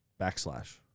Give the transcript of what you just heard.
Backslash